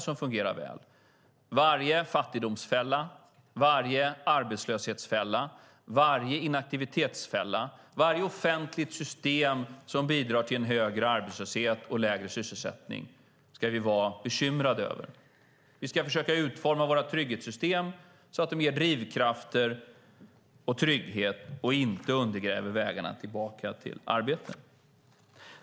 Vi ska vara bekymrade över varje fattigdomsfälla, arbetslöshetsfälla, inaktivitetsfälla och offentligt system som bidrar till en högre arbetslöshet och lägre sysselsättning. Vi ska försöka utforma våra trygghetssystem så att de ger drivkrafter, trygghet och inte undergräver vägarna tillbaka till arbete.